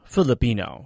Filipino